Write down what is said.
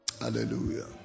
Hallelujah